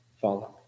follow